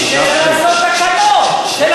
הזה מדבר על השוויון בנטל, וצריך לעשות תקנות.